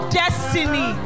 destiny